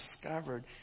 discovered